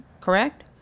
Correct